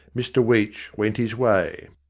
mr weech went his way.